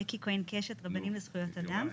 בקי כהן קשת, רבנים לזכויות אדם.